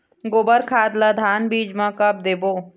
गोबर खाद ला धान बीज म कब देबो?